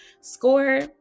SCORE